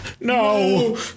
No